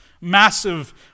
massive